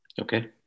Okay